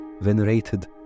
venerated